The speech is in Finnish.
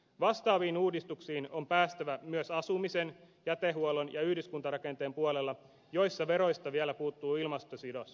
vastaaviin uudistuksiin on päästävä myös asumisen jätehuollon ja yhdyskuntarakenteen puolella joissa veroista vielä puuttuu ilmastosidos